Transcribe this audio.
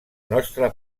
nostra